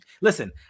listen